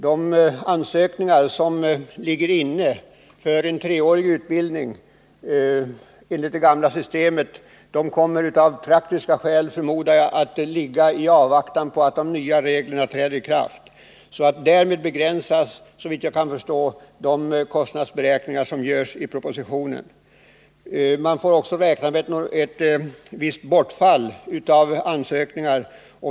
De ansökningar om en treårig utbildning enligt det gamla systemet som nu ligger inne förmodar jag av praktiska skäl kommer att få ligga i avvaktan på att de nya reglerna träder i kraft. Därmed begränsas, såvitt jag kan förstå, de kostnader som beräknats i propositionen. Man får också räkna med ett visst bortfall av ansökningar.